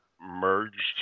merged